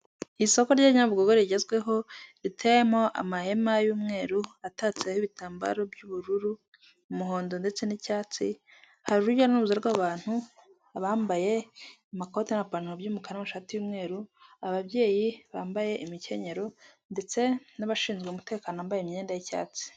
Isoko rya Nyabugogo rigezweho, riteyemo amahema y'umweru atatseho ibitambaro by'ubururu, umuhondo ndetse n'icyatsi, hari urujya n'uruza rw'abantu, bambaye amakoti n'amapantaro by'umukara, n'amashati y'umweru, ababyeyi bambaye imikenyero, ndetse n'abashinzwe umutekano bambaye imyenda y'icyatsi.